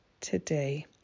today